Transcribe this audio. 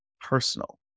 personal